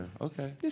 Okay